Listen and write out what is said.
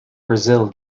brazil